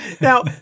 Now